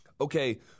okay